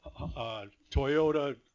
Toyota